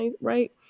right